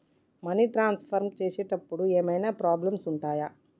Money transfer చేసేటప్పుడు ఏమైనా problems ఉంటయా?